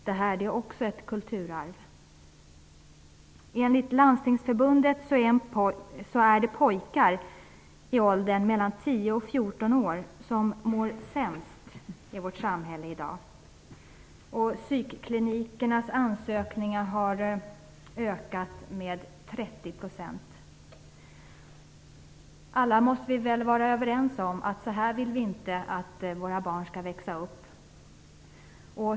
Detta är också ett kulturarv! 10-14 år som mår sämst i vårt samhälle i dag. Psykklinikernas ansökningar har ökat med 30 %. Vi måste väl alla vara överens om att vi inte vill att våra barn skall växa upp så här.